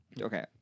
Okay